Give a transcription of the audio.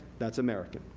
that's america,